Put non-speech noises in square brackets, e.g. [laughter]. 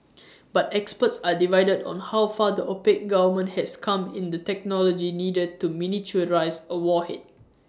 [noise] but experts are divided on how far the opaque government has come in the technology needed to miniaturise A warhead